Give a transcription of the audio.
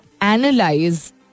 analyze